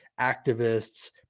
activists